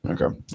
Okay